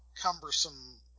cumbersome